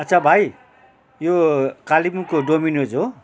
अच्छा भाइ यो कालेबुङको डोमिनोज हो